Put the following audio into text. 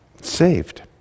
saved